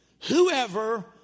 Whoever